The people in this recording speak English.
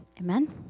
Amen